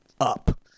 up